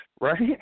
right